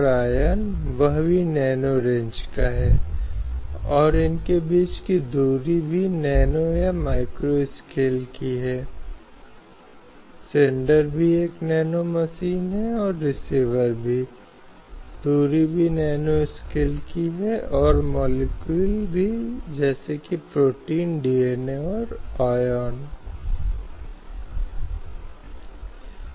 और यह संशोधन के माध्यम से डाला गया है और ये देश के लोगों देश के नागरिकों के मौलिक कर्तव्य हैं और उन्हें यह सुनिश्चित करना चाहिए कि जैसे उनके अधिकार हैं बेहतरी के लिए और अच्छी तरह से राज्य और राष्ट्र का या समग्र रूप से उन्हें कुछ कर्तव्यों का पालन करना चाहिए